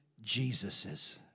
Jesus's